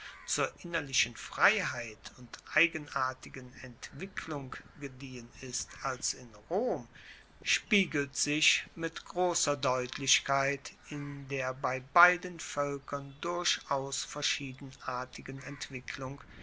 zur innerlichen freiheit und eigenartigen entwicklung gediehen ist als in rom spiegelt sich mit grosser deutlichkeit in der bei beiden voelkern durchaus verschiedenartigen entwicklung